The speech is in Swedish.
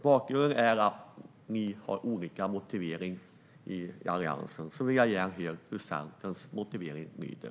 Bakgrunden är att ni inom Alliansen har olika motiveringar, och jag vill höra hur Centerns motivering lyder.